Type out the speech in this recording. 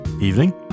Evening